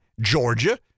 Georgia